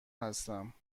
هستم